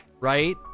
right